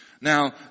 Now